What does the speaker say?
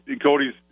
Cody's